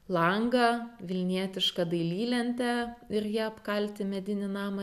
langą vilnietišką dailylentę ir ja apkalti medinį namą